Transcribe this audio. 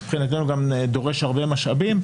מבחינתנו דורש גם הרבה משאבים,